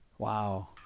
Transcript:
Wow